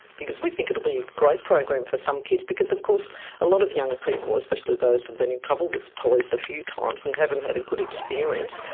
because we think it'll be a great program for some kids, because of course a lot of young people, especially those who've and been in trouble with police a few times, and haven't had a good experience,